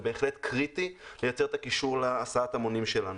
זה בהחלט קריטי לייצר את הקישור להסעת המונים שלנו.